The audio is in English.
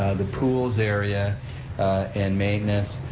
the pools area and maintenance,